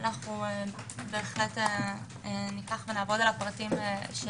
בהחלט ניקח ונעבוד על הפרטים.